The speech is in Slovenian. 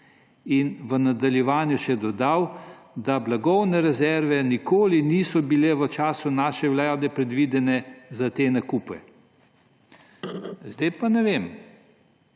In v nadaljevanju še dodal: »Blagovne rezerve nikoli niso bile v času naše vlade predvidene za te nakupe.« Zdaj pa ne vem,